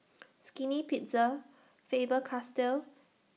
Skinny Pizza Faber Castell